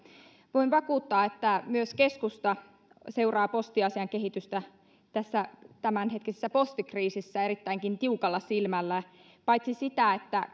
voin vakuuttaa että myös keskusta seuraa posti asian kehitystä tässä tämänhetkisessä posti kriisissä erittäinkin tiukalla silmällä paitsi sitä että